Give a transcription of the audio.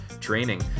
training